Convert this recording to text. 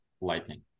lightning